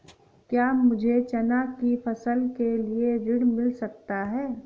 क्या मुझे चना की फसल के लिए ऋण मिल सकता है?